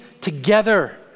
together